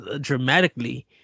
dramatically